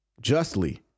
Justly